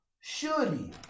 Surely